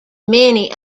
many